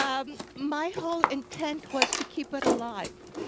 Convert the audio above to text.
um my whole intent was to keep it alive.